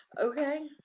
Okay